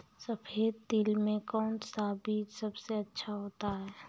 सफेद तिल में कौन सा बीज सबसे अच्छा होता है?